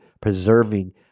preserving